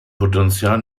potential